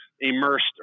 immersed